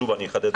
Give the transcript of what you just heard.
שוב אני אחדד.